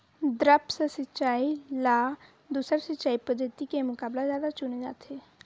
द्रप्स सिंचाई ला दूसर सिंचाई पद्धिति के मुकाबला जादा चुने जाथे